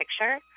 picture